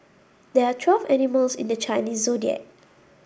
there are twelve animals in the Chinese Zodiac